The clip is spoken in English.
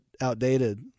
outdated